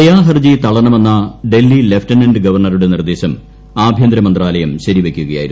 ദയാഹർജി തള്ളണമെന്ന ഡൽഹി ലഫ്റ്റനന്റ് ഗവർണറുടെ നിർദ്ദേശം ആഭ്യന്തരമന്ത്രാലയവും ശരിവയ്ക്കുകയായിരുന്നു